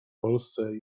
polsce